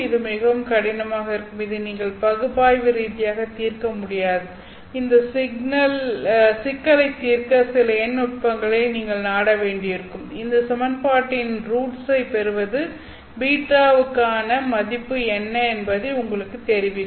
இது மிகவும் கடினமாக இருக்கும் இதை நீங்கள் பகுப்பாய்வு ரீதியாக தீர்க்க முடியாது இந்த சிக்கலை தீர்க்க சில எண் நுட்பங்களை நீங்கள் நாட வேண்டியிருக்கும் இந்த சமன்பாட்டின் ரூட்ஸைப் பெறுவது β க்கான மதிப்பு என்ன என்பதை உங்களுக்குத் தெரிவிக்கும்